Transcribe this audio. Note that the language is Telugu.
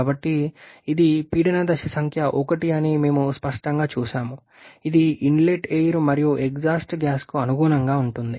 కాబట్టి ఇది పీడన దశ సంఖ్య 1 అని మేము స్పష్టంగా చూశాము ఇది ఇన్లెట్ ఎయిర్ మరియు ఎగ్జాస్ట్ గ్యాస్కు అనుగుణంగా ఉంటుంది